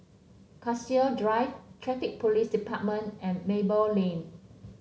Cassia Drive Traffic Police Department and Maple Lane